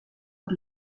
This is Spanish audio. por